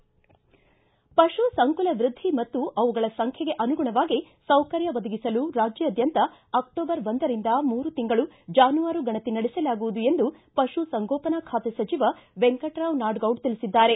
ಪಶು ಸಂಕುಲ ವೃದ್ದಿ ಮತ್ತು ಅವುಗಳ ಸಂಖ್ವೆಗೆ ಅನುಗುಣವಾಗಿ ಸೌಕರ್ಯ ಒದಗಿಸಲು ರಾಜ್ಯಾದ್ದಂತ ಅಕ್ಷೋಬರ್ ಒಂದರಿಂದ ಮೂರು ತಿಂಗಳು ಜಾನುವಾರು ಗಣತಿ ನಡೆಸಲಾಗುವುದು ಎಂದು ಪಶು ಸಂಗೋಪನಾ ಖಾತೆ ಸಚಿವ ವೆಂಕಟರಾವ್ ನಾಡಗೌಡ ತಿಳಿಸಿದ್ದಾರೆ